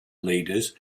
leaders